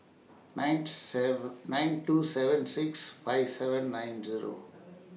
nine seven nine two seven six five seven nine Zero